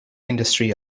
industry